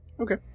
Okay